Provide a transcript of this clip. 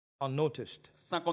Unnoticed